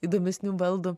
įdomesnių baldų